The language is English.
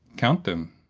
count them!